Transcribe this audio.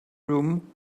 room